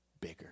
bigger